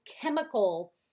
chemical